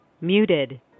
Muted